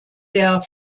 der